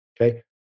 Okay